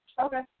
Okay